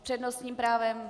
S přednostním právem?